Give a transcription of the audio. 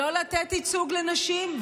של לא לתת ייצוג לנשים,